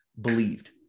believed